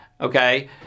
okay